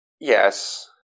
Yes